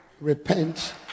repent